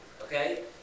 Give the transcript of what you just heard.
Okay